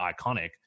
iconic